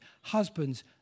husbands